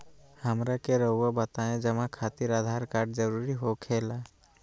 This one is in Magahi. हमरा के रहुआ बताएं जमा खातिर आधार कार्ड जरूरी हो खेला?